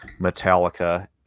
Metallica